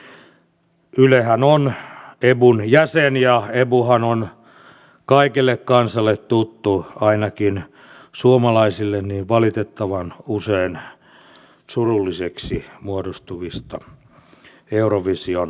ylehän on ebun jäsen ja ebuhan on kaikelle kansalle tuttu ainakin suomalaisille valitettavan usein surullisiksi muodostuvista eurovision laulukilpailuista